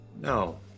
No